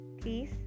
please